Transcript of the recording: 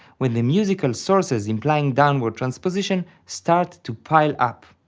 when the musical sources implying downward transposition start to pile up.